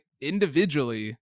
individually